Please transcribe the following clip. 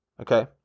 Okay